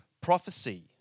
prophecy